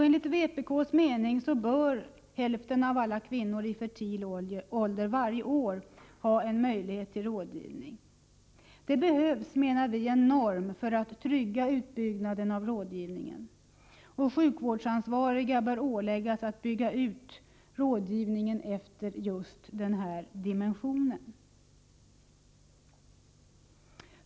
Enligt vpk:s mening behövs det en norm för att trygga utbyggnaden av rådgivningen. Sjukvårdsansvariga bör åläggas att bygga ut rådgivningen efter just denna dimension.